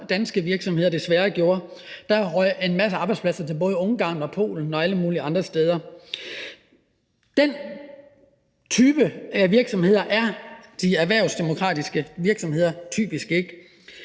danske virksomheder desværre gjorde. Der røg en masse arbejdspladser til Ungarn, Polen og alle mulige andre lande. Den type virksomheder er de erhvervsdemokratiske virksomheder typisk ikke.